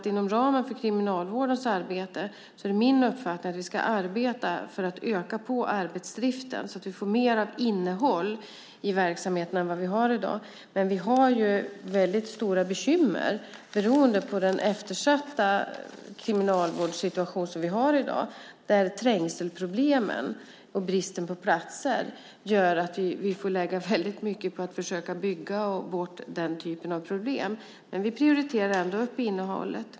Inom ramen för kriminalvårdens arbete är det också min uppfattning att vi ska arbeta för att öka på arbetsdriften, så att vi får mer innehåll i verksamheten än vad vi har i dag. Men vi har väldigt stora bekymmer, beroende på den eftersatta kriminalvårdssituation som vi har i dag. Det finns trängselproblem och brist på platser. Det gör att vi får lägga väldigt mycket på att försöka bygga bort den typen av problem. Men vi prioriterar ändå upp innehållet.